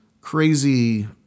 crazy